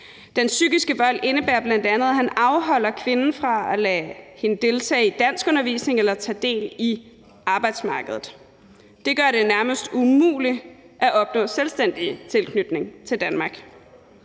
Den psykiske vold indebærer bl.a., at han afholder kvinden fra at deltage i danskundervisning eller tage del i arbejdsmarkedet. Det gør det nærmest umuligt for hende at opnå en selvstændig tilknytning til Danmark.